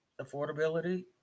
affordability